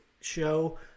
show